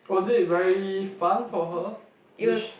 was it very fun for her did she